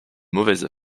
mauvaise